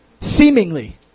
Seemingly